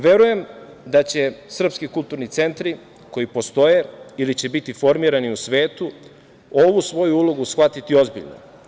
Verujem da će srpski kulturni centri, koji postoje ili će biti formirani u svetu, ovu svoju ulogu shvatiti ozbiljno.